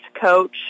coach